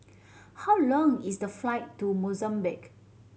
how long is the flight to Mozambique